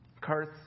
Curse